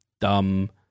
dumb